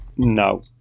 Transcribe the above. No